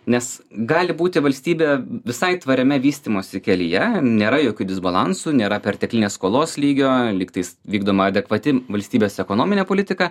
nes gali būti valstybė visai tvariame vystymosi kelyje nėra jokių disbalansų nėra perteklinės skolos lygio lygtais vykdoma adekvati valstybės ekonominė politika